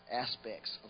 aspects